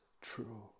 true